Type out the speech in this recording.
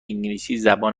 انگلیسیزبان